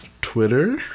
twitter